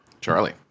Charlie